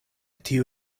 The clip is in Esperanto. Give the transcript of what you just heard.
tiu